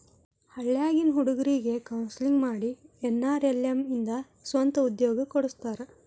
ಹಳ್ಳ್ಯಾಗಿನ್ ಹುಡುಗ್ರಿಗೆ ಕೋನ್ಸೆಲ್ಲಿಂಗ್ ಮಾಡಿ ಎನ್.ಆರ್.ಎಲ್.ಎಂ ಇಂದ ಸ್ವಂತ ಉದ್ಯೋಗ ಕೊಡಸ್ತಾರ